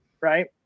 right